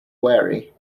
wary